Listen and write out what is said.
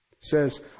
Says